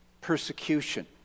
persecution